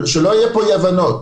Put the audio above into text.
שלא יהיו פה אי- הבנות,